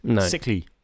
sickly